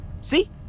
See